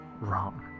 wrong